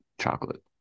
chocolate